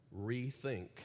rethink